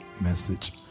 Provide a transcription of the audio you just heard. message